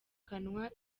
kanwa